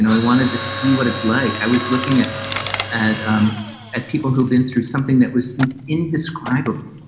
know, i wanted to see what it's like. i was looking at at um at people who've been through something that was indescribable.